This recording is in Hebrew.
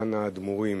זקן האדמו"רים,